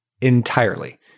entirely